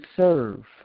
serve